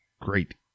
great